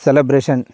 celebration